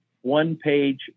one-page